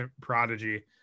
prodigy